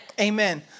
Amen